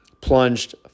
plunged